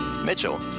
Mitchell